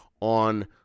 on